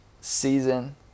season